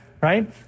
Right